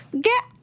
Get